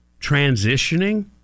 transitioning